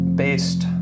Based